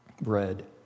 bread